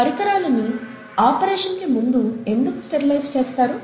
పరికరాలని operation కు ముందు ఎందుకు స్టెరిలైజ్ చేస్తారు